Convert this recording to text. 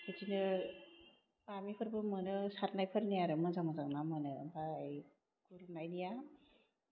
बिदिनो बामिफोरबो मोनो सारनायफोरनिया आरो मोजां मोजां ना मोनो आमफ्राय गुरनायनिया